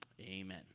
amen